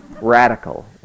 Radical